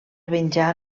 venjar